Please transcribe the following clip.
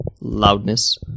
loudness